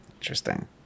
interesting